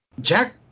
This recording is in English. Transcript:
jack